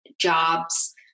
jobs